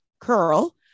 Curl